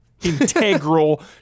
integral